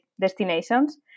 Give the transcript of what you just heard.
destinations